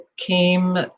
came